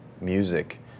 music